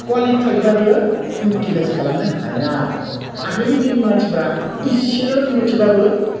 क्वालिफाइडबाबो utilise खालामनो हाया आगोलनि दिननि मानसिबा इसेल' रोंगौथिबाबो